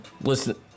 Listen